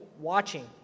watching